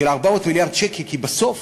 של 400 מיליארד שקל, כי בסוף